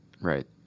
Right